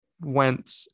went